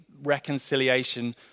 reconciliation